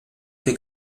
fer